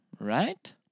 Right